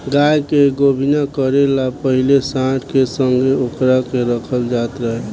गाय के गोभिना करे ला पाहिले सांड के संघे ओकरा के रखल जात रहे